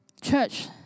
Church